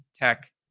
Tech